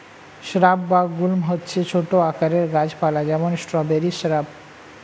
shrub বা গুল্ম হচ্ছে ছোট আকারের গাছ পালা, যেমন স্ট্রবেরি শ্রাব